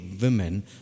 women